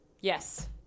yes